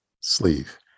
sleeve